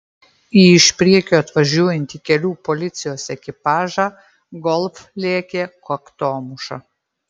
į iš priekio atvažiuojantį kelių policijos ekipažą golf lėkė kaktomuša